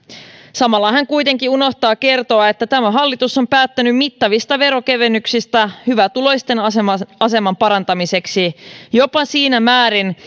samalla hän kuitenkin unohtaa kertoa että tämä hallitus on päättänyt mittavista veronkevennyksistä hyvätuloisten aseman aseman parantamiseksi jopa siinä määrin